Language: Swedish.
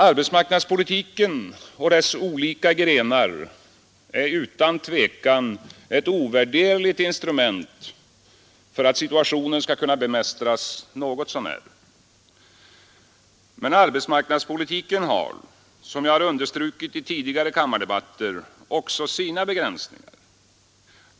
Arbetsmarknadspolitiken och dess olika grenar är ett ovärderligt instrument för att situationen skall kunna bemästras något så när, men arbetsmarknadspolitiken har, som jag understrukit i tidigare kammardebatter, också sina begränsningar.